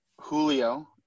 Julio